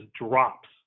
drops